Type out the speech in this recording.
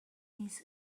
نیز